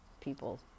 people